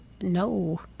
no